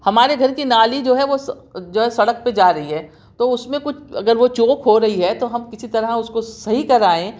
ہمارے گھر کی نالی جو ہے وہ سا جو ہے سڑک پہ جا رہی ہے تو اُس میں کچھ اگر وہ چوک ہو رہی ہے تو ہم کسی طرح اُس کو صحیح کرائیں